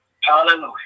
Hallelujah